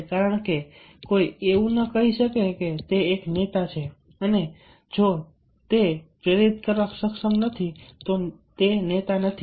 કારણ કે કોઈ એવું ન કહી શકે કે તે એક નેતા છે અને જો તે પ્રેરિત કરવા સક્ષમ નથી તો તે નેતા નથી